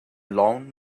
lawn